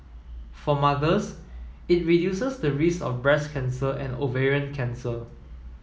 for mothers it reduces the risk of breast cancer and ovarian cancer